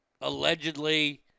allegedly